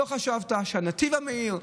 לא חשבת שהנתיב המהיר,